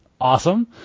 awesome